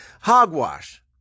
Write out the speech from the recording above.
Hogwash